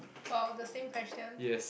!wow! the same question